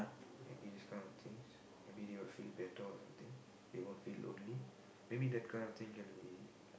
maybe this kind of things maybe they will feel better or something they won't feel lonely maybe that kind of thing can be